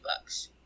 bucks